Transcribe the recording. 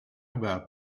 about